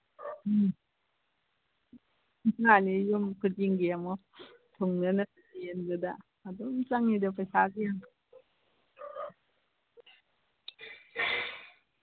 ꯎꯝ ꯃꯥꯅꯤ ꯌꯨꯝ ꯈꯨꯗꯤꯡꯒꯤ ꯑꯃꯨꯛ ꯊꯨꯡꯅꯕ ꯌꯦꯟꯕꯗ ꯑꯗꯨꯝ ꯆꯪꯉꯤꯗ ꯄꯩꯁꯥꯁꯤ ꯌꯥꯝꯅ